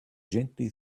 gently